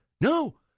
no